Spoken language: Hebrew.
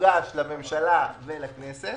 תוגש לממשלה ולכנסת.